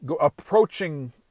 approaching